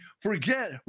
forget